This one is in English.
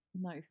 no